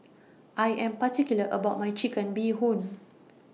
I Am particular about My Chicken Bee Hoon